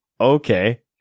okay